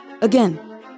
Again